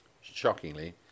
shockingly